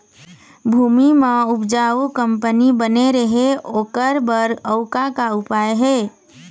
भूमि म उपजाऊ कंपनी बने रहे ओकर बर अउ का का उपाय हे?